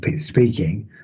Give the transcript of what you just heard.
speaking